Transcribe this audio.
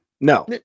No